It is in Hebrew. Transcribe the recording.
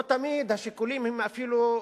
לא תמיד השיקולים הם אפילו שיקולים,